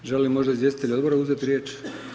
Želi li možda izvjestitelj Odbora uzeti riječ?